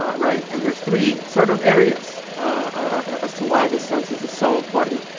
ah right? and there's three sort of areas ah as to why this census is so important,